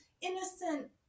innocent